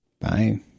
Bye